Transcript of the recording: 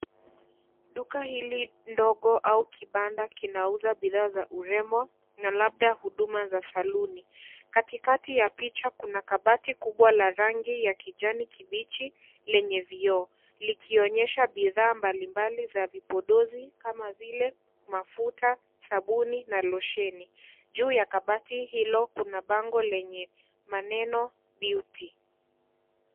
Duka hili ndogo au kibanda kinauza bidhaa za urembo, na labda huduma za saluni. Katikati ya picha kuna kabati kubwa la rangi ya kijani kibichi, lenye vioo. Likionyesha bidhaa mbalimbali za vipondozi kama vile mafuta, sabuni na losheni. Juu ya kabati hilo kuna bango lenye maneno beauty .